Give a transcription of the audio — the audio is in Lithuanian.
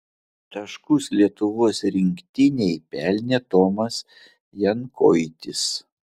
taškus lietuvos rinktinei pelnė tomas jankoitis